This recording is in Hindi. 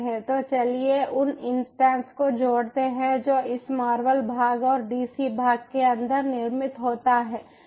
तो चलिए उन इन्स्टन्स को जोड़ते हैं जो इस मार्वल भाग और डीसी भाग के अंदर निर्मित होते हैं